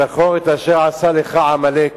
זכור את אשר עשה לך עמלק.